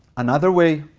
another way